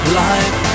life